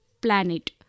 planet